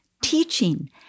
teaching